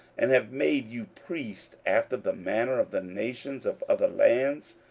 and have made you priests after the manner of the nations of other lands?